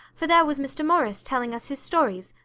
for there was mr. morris telling us his stories,